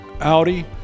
Audi